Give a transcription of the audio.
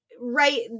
right